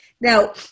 Now